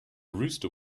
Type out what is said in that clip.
rooster